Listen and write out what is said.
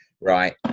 right